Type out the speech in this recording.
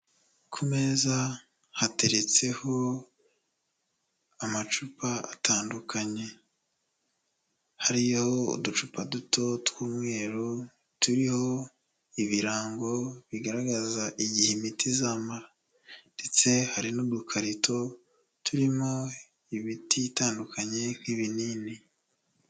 Ku meza hateretseho amacupa atandukanye, hariho uducupa duto tw'umweru turiho ibirango bigaragaza igihe imiti izamara, ndetse hari n'udukarito turimo imiti itandukanye nk'ibinini.